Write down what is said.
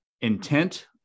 intent